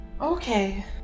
Okay